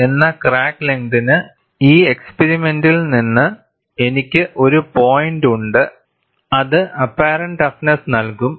2a1 എന്ന crack ലെങ്തിന് ഈ എക്സ്പിരിമെന്റിൽ നിന്ന് എനിക്ക് ഒരു പോയിന്റ് ഉണ്ട് അത് അപ്പാറെന്റ് ടഫ്നെസ്സ് നൽകും